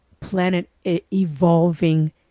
planet-evolving